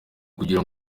kugira